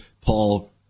Paul